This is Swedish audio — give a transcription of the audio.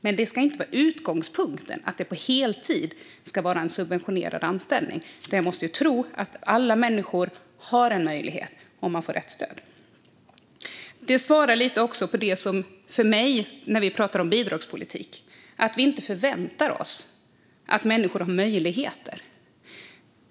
Men det ska inte vara utgångspunkten att det ska vara en på heltid subventionerad anställning. Alla människor ska ha en möjlighet om de får rätt stöd. Detta svarar lite på frågan om bidragspolitik, nämligen att vi inte förväntar oss att människor har möjligheter.